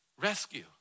Rescue